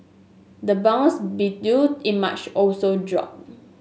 the bonds did due in March also dropped